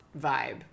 vibe